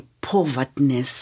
poverty